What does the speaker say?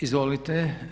Izvolite.